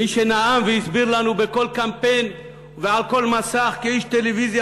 מי נאם והסביר לנו בכל קמפיין ועל כל מסך כאיש טלוויזיה